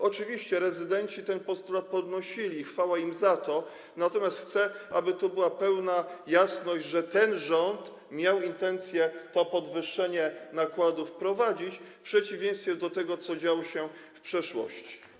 Oczywiście rezydenci ten postulat podnosili i chwała im za to, natomiast chcę, aby była pełna jasność, że ten rząd miał intencję to podwyższenie nakładów wprowadzić, w przeciwieństwie do tego, co działo się w przeszłości.